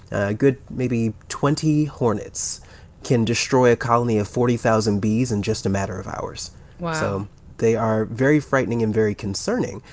a good maybe twenty hornets can destroy a colony of forty thousand bees in just a matter of hours wow so they are very frightening and very concerning.